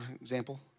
example